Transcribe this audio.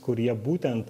kurie būtent